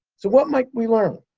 so, what might we learn?